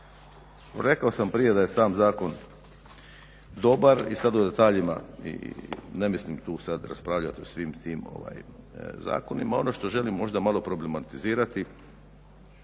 Rekao sam prije da je sam zakon dobar i sad o detaljima i ne mislim sad tu raspravljati o svim tim zakonima. Ono što želim možda malo problematizirati